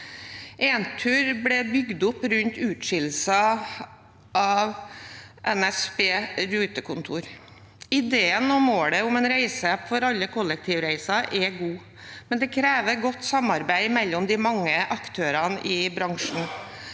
Entur ble bygd opp rundt utskillelsen av NSBs rutekontor. Ideen og målet om en reiseapp for alle kollektivreiser er god, men det krever godt samarbeid mellom de mange aktørene i bransjen,